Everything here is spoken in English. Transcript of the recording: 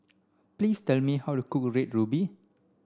please tell me how to cook red ruby